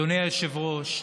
אדוני היושב-ראש,